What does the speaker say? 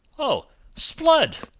o sblood!